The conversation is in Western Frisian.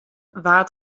waard